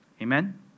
Amen